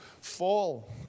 fall